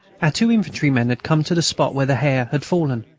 our two infantrymen had come to the spot where the hare had fallen,